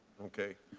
okay.